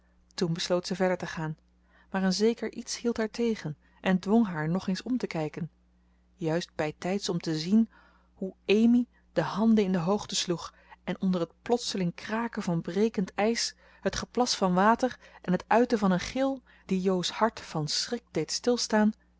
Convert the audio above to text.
toen besloot ze verder te gaan maar een zeker iets hield haar tegen en dwong haar nog eens om te kijken juist bijtijds om te zien hoe amy de handen in de hoogte sloeg en onder het plotseling kraken van brekend ijs het geplas van water en het uiten van een gil die jo's hart van schrik deed stilstaan